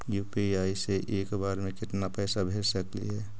UPI से एक बार मे केतना पैसा भेज सकली हे?